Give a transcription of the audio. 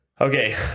Okay